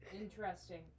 interesting